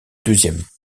deuxième